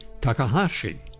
Takahashi